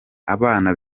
abana